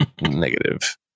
Negative